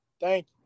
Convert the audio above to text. Thank